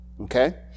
Okay